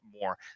more